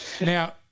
now